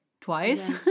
twice